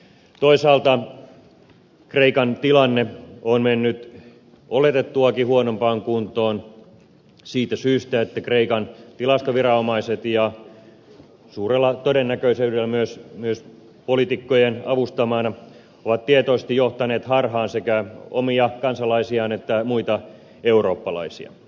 toisaalta kreikan tilanne on mennyt oletettuakin huonompaan kuntoon siitä syystä että kreikan tilastoviranomaiset suurella todennäköisyydellä myös poliitikkojen avustamina ovat tietoisesti johtaneet harhaan sekä omia kansalaisiaan että muita eurooppalaisia